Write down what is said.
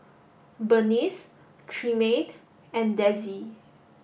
Bernice Tremaine and Dezzie